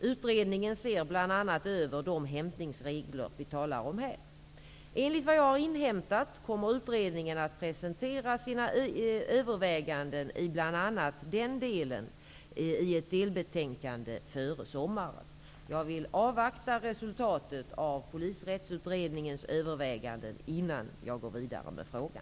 Utredningen ser bl.a. över de hämtningsregler vi talar om här. Enligt vad jag har inhämtat kommer utredningen att presentera sina överväganden i bl.a. den delen i ett delbetänkande före sommaren. Jag vill avvakta resultatet av Polisrättsutredningens överväganden innan jag går vidare med frågan.